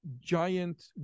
giant